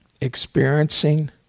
Experiencing